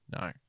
No